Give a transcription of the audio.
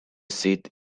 seat